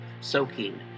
soaking